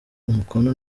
umukono